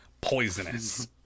poisonous